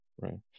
Right